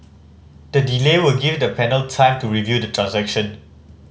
the delay will give the panel time to review the transaction